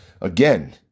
Again